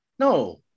No